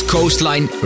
Coastline